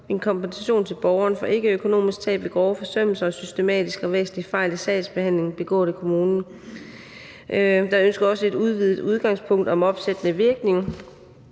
en kompensation til borgeren for ikkeøkonomisk tab ved grove forsømmelser og systematiske og væsentlige fejl i sagsbehandlingen begået af kommunen. Der ønskes også et udvidet udgangspunkt om opsættende virkning,